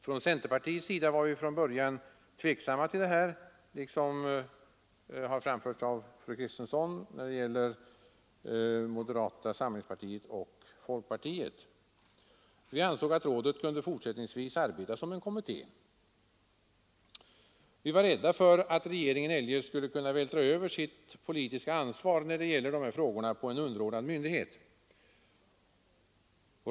Från centerpartiets sida var vi från början tveksamma till detta — liksom moderata samlingspartiet och folkpartiet, som fru Kristensson har anfört. Vi ansåg att rådet fortsättningsvis kunde arbeta som en kommitté. Vi var rädda för att regeringen eljest skulle kunna vältra över sitt politiska ansvar när det gäller de här frågorna på en underordnad myndighet.